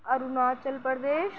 Arunachal Pradesh